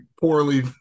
poorly